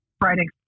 Friday